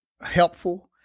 helpful